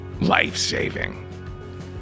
life-saving